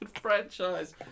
franchise